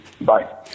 Bye